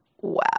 wow